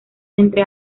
entre